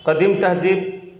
قدیم تہذیب